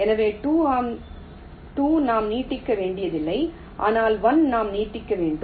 எனவே 2 நாம் நீட்டிக்க வேண்டியதில்லை ஆனால் 1 நாம் நீட்ட வேண்டும்